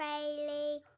Bailey